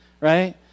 right